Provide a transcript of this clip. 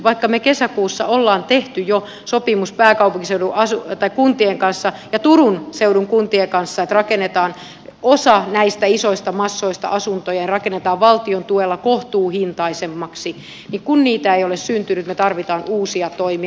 vaikka me kesäkuussa olemme tehneet jo sopimuksen pääkaupunkiseudun kuntien kanssa ja turun seudun kuntien kanssa että rakennetaan osa näistä isoista massoista asuntoja valtion tuella kohtuuhintaisemmaksi niin kun niitä ei ole syntynyt me tarvitsemme uusia toimia